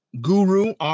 Guru